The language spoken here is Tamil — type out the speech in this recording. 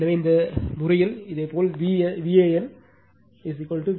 எனவே இந்த விஷயத்தில் இதேபோல் Van ஆங்கிள் 0 ஓ